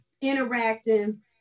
interacting